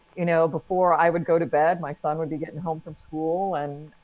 you know, before i would go to bed, my son would be getting home from school and,